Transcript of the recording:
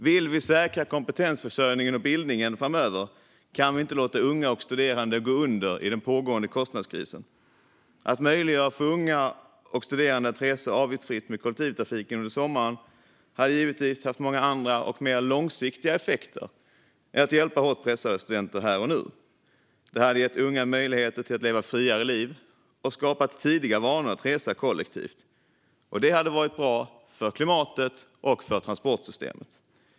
Vill man säkra kompetensförsörjningen och bildningen framöver kan man inte låta unga och studerande gå under i den pågående kostnadskrisen. Att möjliggöra för unga och studerande att resa avgiftsfritt med kollektivtrafiken under sommaren hade givetvis haft många andra och mer långsiktiga effekter än att hjälpa hårt pressade studenter här och nu. Det hade gett unga möjligheter att leva friare liv och skapat tidiga vanor att resa kollektivt. Det hade varit bra för klimatet och för transportsystemet.